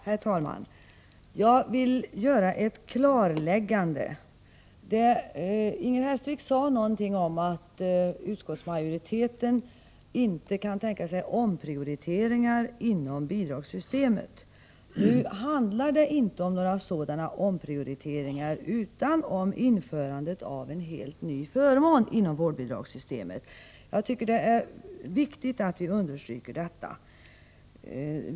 Herr talman! Jag vill göra ett klarläggande. Inger Hestvik sade någonting om att utskottsmajoriteten inte kan tänka sig omprioriteringar inom bidragssystemet. Det handlar inte om några sådana omprioriteringar utan om införandet av en helt ny förmån inom vårdbidragssystemet; jag tycker det är viktigt att understryka detta.